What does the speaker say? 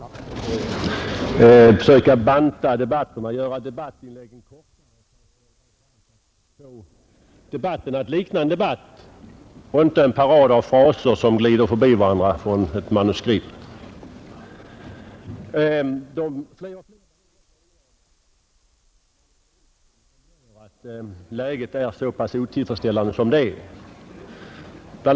Herr talman! Vi skall nu sänka oss till mer triviala men praktiskt nog så viktiga frågor. Alla vettiga människor i detta land är väl eniga om att man bör ändra riksdagens arbetsformer, försöka banta debatterna, göra inläggen kortare och kanske framför allt få debatten att likna en debatt och inte vara en parad av fraser som glider förbi varandra från ett manuskript. Allt fler torde också vara eniga om att det är manuskripten som bär skulden till att läget är så otillfredsställande som det är. Bl.